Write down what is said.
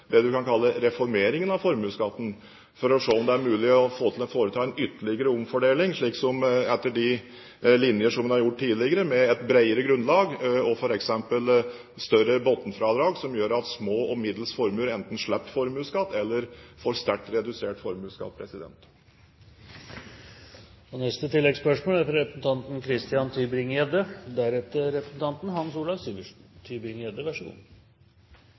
det man kan kalle reformeringen av formuesskatten, for å se om det er mulig å foreta en ytterligere omfordeling, etter de linjer man har gjort tidligere, med et bredere grunnlag og f.eks. større bunnfradrag, som gjør at små og middels formuer enten slipper formuesskatt eller får sterkt redusert formuesskatt. Christian Tybring-Gjedde – til oppfølgingsspørsmål. Høyres brennende engasjement for å bli kvitt formuesskatten er